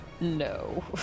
No